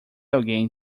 alguém